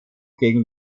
gegen